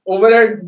Overhead